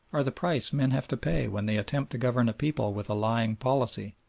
are the price men have to pay when they attempt to govern a people with a lying policy,